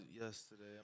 yesterday